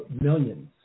millions